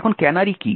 এখন ক্যানারি কী